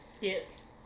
Yes